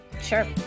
Sure